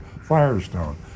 Firestone